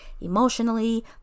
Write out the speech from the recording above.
emotionally